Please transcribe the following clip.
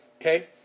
Okay